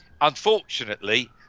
unfortunately